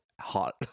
hot